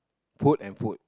food and food